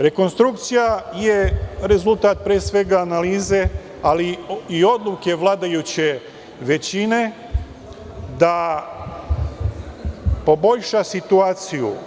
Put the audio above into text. Rekonstrukcija je rezultat, pre svega, analize, ali i odluke vladajuće većine da poboljša situaciju.